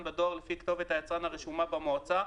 בדואר לפי כתובת היצרן הרשומה במועצה,